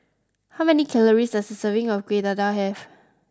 how many calories does a serving of Kuih Dadar have